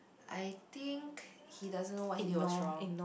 I think he doesn't know what he was wrong